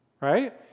right